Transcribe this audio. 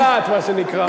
טוב לדעת, מה שנקרא.